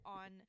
on